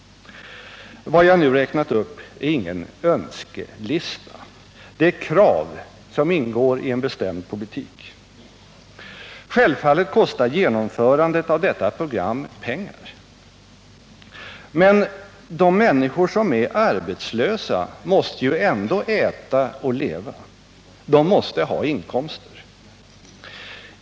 Vad jag nu räknat upp är ingen önskelista. Det är krav som ingår i en bestämd politik. Självfallet kostar genomförandet av detta program pengar. Men de människor som är arbetslösa måste ju ändå äta och leva. De måste ha inkomster.